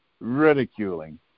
ridiculing